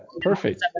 Perfect